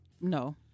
No